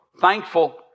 thankful